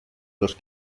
los